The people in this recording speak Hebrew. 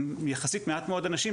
יחסית מעט מאוד אנשים,